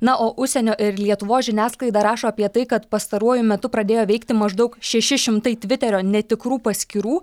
na o užsienio ir lietuvos žiniasklaida rašo apie tai kad pastaruoju metu pradėjo veikti maždaug šeši šimtai tviterio netikrų paskyrų